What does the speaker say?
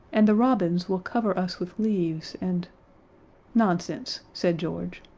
and the robins will cover us with leaves and nonsense, said george.